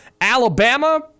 Alabama